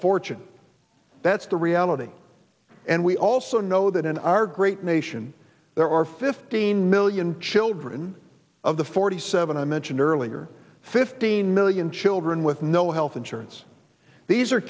fortune that's the reality and we also know that in our great nation there are fifteen million children of the forty seven i mentioned earlier fifteen million children with no health insurance these are